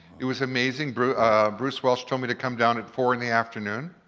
it was amazing, bruce bruce welch told me to come down at four in the afternoon.